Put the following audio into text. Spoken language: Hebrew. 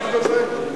אתה יכול להרחיב בזה?